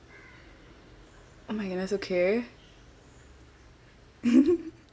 oh my goodness okay